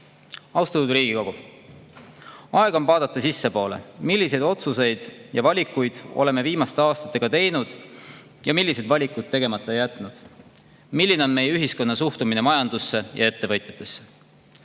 Austatud Riigikogu! Aeg on vaadata sissepoole, milliseid otsuseid ja valikuid oleme viimaste aastatega teinud ja millised valikud tegemata jätnud, milline on meie ühiskonna suhtumine majandusse ja ettevõtjatesse.